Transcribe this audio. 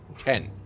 Ten